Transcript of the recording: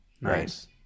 Nice